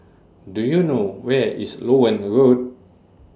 Do YOU know Where IS Loewen Road